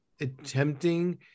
attempting